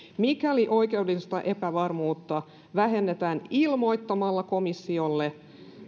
mikäli oikeudellista epävarmuutta vähennetään ilmoittamalla komissiolle